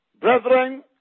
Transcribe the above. Brethren